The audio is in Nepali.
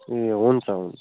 ए हुन्छ हुन्छ